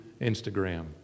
Instagram